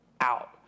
out